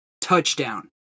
touchdown